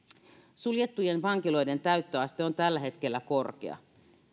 suljettujen vankiloiden täyttöaste on tällä hetkellä korkea